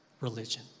religion